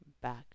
Back